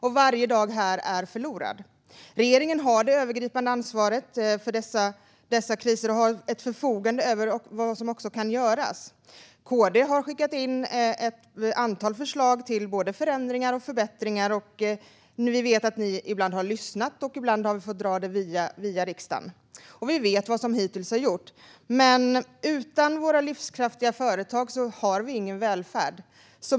Och varje dag här är förlorad. Regeringen har det övergripande ansvaret för dessa kriser och förfogar också över det som kan göras. KD har skickat in ett antal förslag till både förändringar och förbättringar. Vi vet att ni ibland har lyssnat, och ibland har vi fått ta det via riksdagen. Och vi vet vad som hittills har gjorts. Men utan våra livskraftiga företag har vi ingen välfärd.